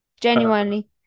genuinely